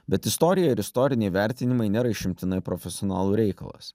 bet istorija ir istoriniai vertinimai nėra išimtinai profesionalų reikalas